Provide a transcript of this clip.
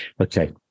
Okay